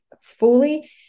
fully